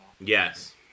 Yes